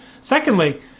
Secondly